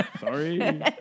Sorry